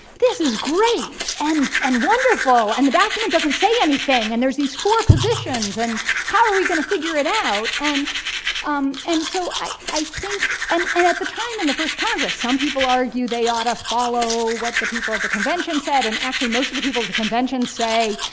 this is great and and wonderful and the document doesn't say anything and there's these four positions and how are we going to figure it out. and um and so, i think and and at the time in the first congress some people argue they ought to follow what the people of the convention said. and actually, most of the people of the convention say,